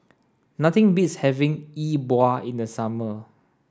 nothing beats having E Bua in the summer